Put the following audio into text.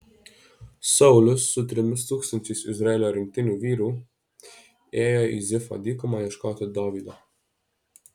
saulius su trimis tūkstančiais izraelio rinktinių vyrų ėjo į zifo dykumą ieškoti dovydo